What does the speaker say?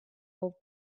will